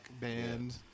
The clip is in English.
band